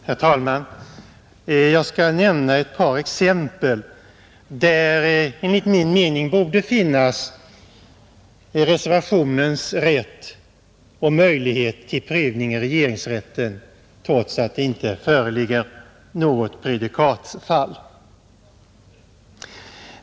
Herr talman! Jag skall nämna ett par exempel där det enligt min mening borde finnas reservationens rätt och möjlighet till prövning vid regeringsrätten, trots att det inte föreligger något prejudikatsfall.